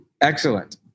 Excellent